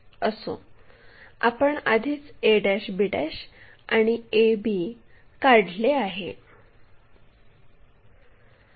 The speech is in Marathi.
असो आपण आधीच ab आणि ab काढले आहे